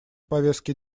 повестки